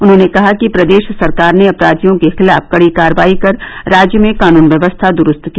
उन्होंने कहा कि प्रदेश सरकार ने अपराधियों के खिलाफ कड़ी कार्रवाई कर राज्य में कानून व्यवस्था दुरूस्त की